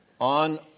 on